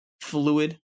fluid